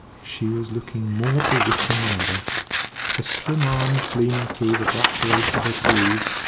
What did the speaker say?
she was looking more bewitching than ever her slim arms gleaming through the black lace of her sleeves,